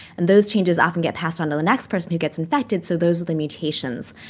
and those changes often get passed on to the next person who gets infected. so those are the mutations.